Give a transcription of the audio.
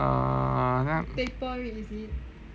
err 那个